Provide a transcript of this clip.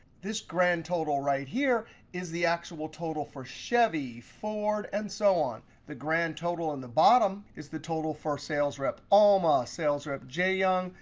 this grand total right here is the actual total for chevy, ford, and so on. the grand total in the bottom is the total for sales rep alma, sales rep jaeyoung,